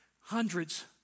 hundreds